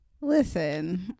Listen